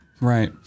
Right